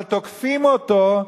אבל תוקפים אותו,